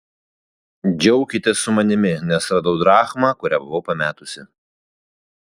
džiaukitės su manimi nes radau drachmą kurią buvau pametusi